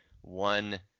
one